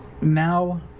Now